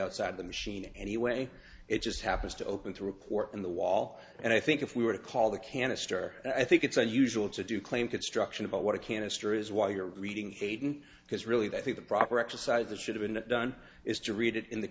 outside the machine anyway it just happens to open the report in the wall and i think if we were to call the canister i think it's unusual to do claim construction about what a canister is while you're reading hayden because really the i think the proper exercise that should have been done is to read it in the